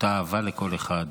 אותה אהבה לכל אחד.